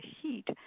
heat